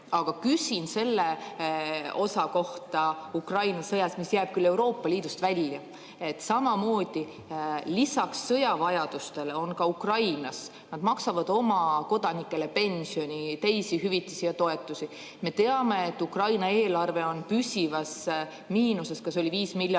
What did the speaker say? Aga küsin selle osa kohta Ukraina sõjas, mis jääb küll Euroopa Liidust välja, et samamoodi lisaks sõjavajadustele ka Ukrainas nad maksavad oma kodanikele pensioni, teisi hüvitisi ja toetusi. Me teame, et Ukraina eelarve on püsivas miinuses, see oli vist 5 miljardit